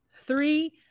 three